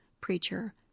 preacher